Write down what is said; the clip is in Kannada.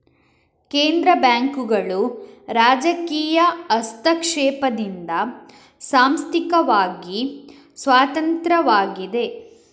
ಕೇಂದ್ರ ಬ್ಯಾಂಕುಗಳು ರಾಜಕೀಯ ಹಸ್ತಕ್ಷೇಪದಿಂದ ಸಾಂಸ್ಥಿಕವಾಗಿ ಸ್ವತಂತ್ರವಾಗಿವೆ